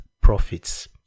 profits